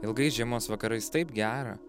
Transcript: ilgais žiemos vakarais taip gera